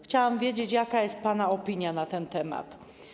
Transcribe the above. Chciałam wiedzieć, jaka jest pana opinia na ten temat.